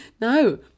No